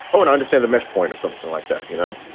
ah and understand the mesh point of something like that you know,